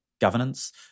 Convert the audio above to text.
governance